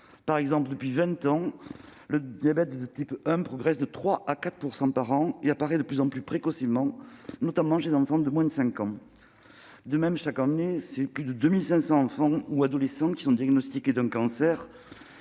Ainsi, depuis vingt ans, le diabète de type 1 progresse de 3 % à 4 % par an et apparaît de plus en plus précocement, notamment chez les enfants de moins de 5 ans. De même, chaque année, 2 500 enfants et adolescents se voient diagnostiquer un cancer.